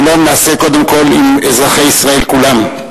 שלום נעשה קודם כול עם אזרחי ישראל כולם,